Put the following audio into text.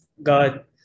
God